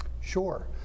Sure